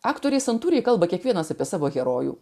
aktoriai santūriai kalba kiekvienas apie savo herojų